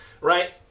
right